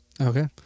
Okay